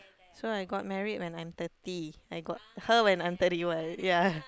so I got married when I am thirty I got her when I am thirty one yea